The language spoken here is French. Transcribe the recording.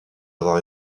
avoir